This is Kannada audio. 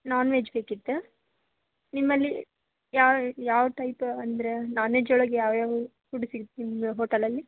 ನಾನ್ ವೆಜ್ ಬೇಕಿತ್ತಾ ನಿಮ್ಮಲ್ಲಿ ಯಾವ ಯಾವ ಟೈಪ್ ಅಂದರ ನಾನು ವೆಜ್ ಒಳಗೆ ಯಾವ್ಯಾವ ಫುಡ್ ಸಿಗುತ್ ನಿಮ್ಮ ಹೋಟಲಲ್ಲಿ